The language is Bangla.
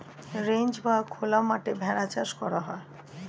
রেঞ্চ বা খোলা মাঠে ভেড়ার চাষ করা হয়